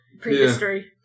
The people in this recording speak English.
prehistory